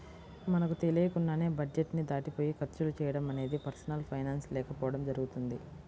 మనకు తెలియకుండానే బడ్జెట్ ని దాటిపోయి ఖర్చులు చేయడం అనేది పర్సనల్ ఫైనాన్స్ లేకపోవడం జరుగుతుంది